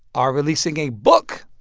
are releasing a book,